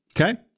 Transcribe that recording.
Okay